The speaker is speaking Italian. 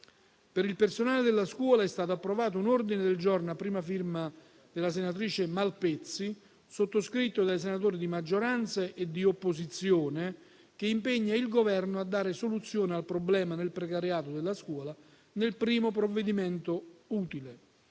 Per il personale della scuola è stato approvato un ordine del giorno a prima firma della senatrice Malpezzi, sottoscritto dai senatori di maggioranza e di opposizione, che impegna il Governo a dare soluzione al problema del precariato della scuola nel primo provvedimento utile.